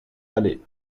allé